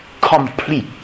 complete